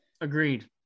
Agreed